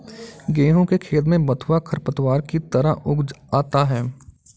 गेहूँ के खेत में बथुआ खरपतवार की तरह उग आता है